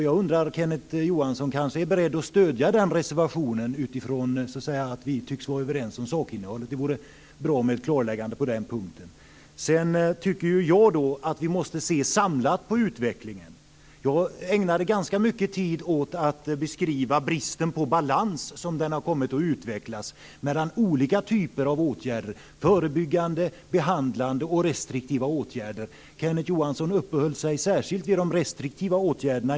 Jag undrar om Kenneth Johansson kanske är beredd att stödja den reservationen med tanke på att vi tycks vara överens om sakinnehållet. Det vore bra med ett klarläggande på den punkten. Vi måste se samlat på utvecklingen. Jag ägnade ganska mycket tid åt att beskriva bristen på balans som den har kommit att utvecklas mellan olika typer av åtgärder: förebyggande, behandlande och restriktivitet. Kenneth Johansson uppehöll sig särskilt vid det restriktiva.